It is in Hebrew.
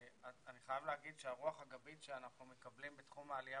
אני חייב לומר שהרוח הגבית שאנחנו מקבלים בתחום העלייה